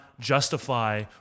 justify